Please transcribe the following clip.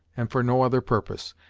and for no other purpose,